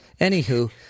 Anywho